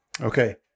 okay